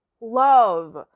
love